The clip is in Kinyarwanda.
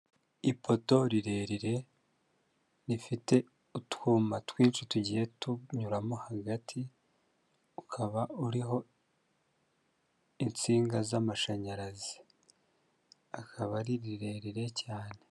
Ipoto rirerire rifite utwuma twinshi tugiye tunyuramo hagati, ukaba uriho insinga z'amashanyarazi, akaba ari rirerire cyane.